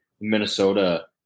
Minnesota